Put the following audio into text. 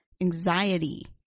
anxiety